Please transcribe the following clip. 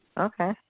Okay